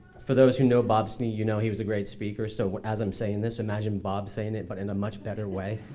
for those who know bob snee, you know he was a great speaker so as i'm saying this imagine bob saying it, but in a much better way.